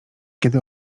kiedy